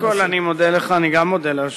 אני מודה לך, אני גם מודה ליושב-ראש.